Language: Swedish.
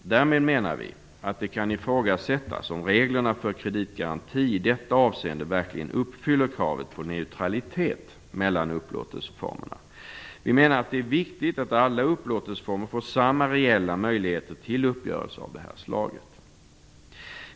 Därmed menar vi att det kan ifrågasättas om reglerna för kreditgaranti i detta avseende verkligen uppfyller kravet på neutralitet mellan upplåtelseformerna. Vi menar att det är viktigt att alla upplåtelseformer får samma reella möjligheter till uppgörelse av det här slaget.